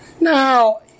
Now